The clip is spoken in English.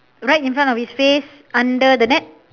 right in front of his face under the net